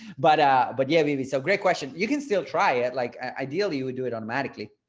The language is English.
but, ah, but yeah, maybe so great question. you can still try it like, ideally you would do it automatically.